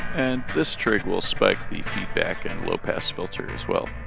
and this trig will spike the feedback and low-pass filter as well